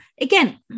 Again